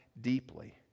deeply